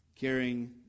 caring